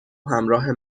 همراه